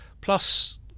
plus